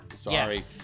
Sorry